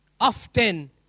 Often